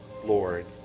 Lord